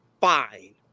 fine